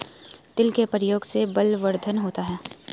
तिल के प्रयोग से बलवर्धन होता है